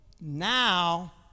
now